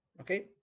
okay